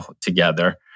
together